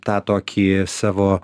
tą tokį savo